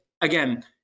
Again